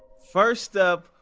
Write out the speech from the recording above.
first up,